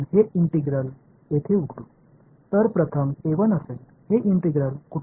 எனவே இந்த இடத்தில் என்ன நடக்கும் என்றால் முதலில் இந்த ஒருங்கிணைப்பை இங்கே திறப்போம்